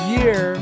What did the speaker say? year